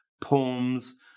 poems